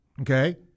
Okay